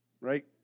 right